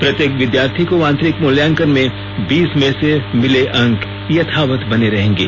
प्रत्येक विद्यार्थी को आंतरिक मूल्यांकन में बीस में से मिले अंक यथावत बने रहेंगे